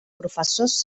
professors